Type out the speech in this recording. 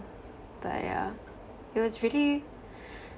but yeah it was really